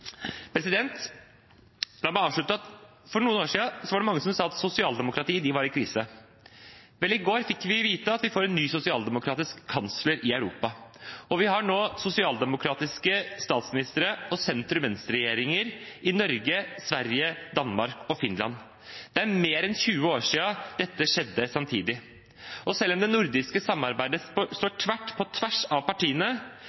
La meg avslutte med å si at for noen år siden var det mange som sa at sosialdemokratiet var i krise. Vel, i går fikk vi vite at vi får en ny sosialdemokratisk kansler i Europa, og vi har nå sosialdemokratiske statsministre og sentrum–venstre-regjeringer i Norge, Sverige, Danmark og Finland. Det er mer enn 20 år siden dette skjedde samtidig. Og selv om det nordiske samarbeidet